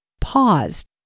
paused